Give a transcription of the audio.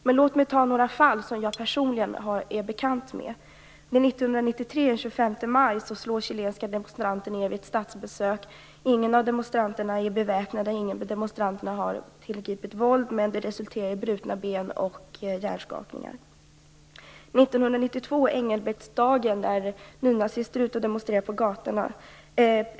Men låt mig ta några fall som jag personligen är bekant med. Den 25 maj 1993 slås chilenska demonstranter ned vid ett statsbesök. Ingen av demonstranterna är beväpnad och ingen har tillgripit våld, men det resulterar i brutna ben och hjärnskakningar. På Engelbrektsdagen 1992 är nynazister ute och demonstrerar på gatorna.